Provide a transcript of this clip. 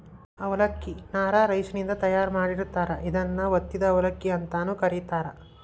ಅವಲಕ್ಕಿ ನ ರಾ ರೈಸಿನಿಂದ ತಯಾರ್ ಮಾಡಿರ್ತಾರ, ಇದನ್ನ ಒತ್ತಿದ ಅಕ್ಕಿ ಅಂತಾನೂ ಕರೇತಾರ